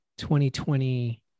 2020